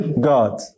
God